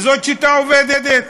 וזאת שיטה שעובדת.